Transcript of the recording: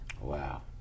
Wow